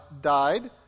died